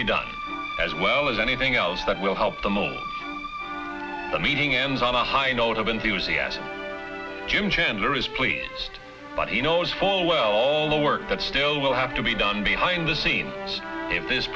be done as well as anything else but will help to move the meeting ends on a high note of enthusiasm jim chandler is pleased but he knows full well all the work that still will have to be done behind the scenes if this